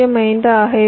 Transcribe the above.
05 ஆக இருக்கும்